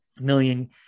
million